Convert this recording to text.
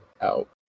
out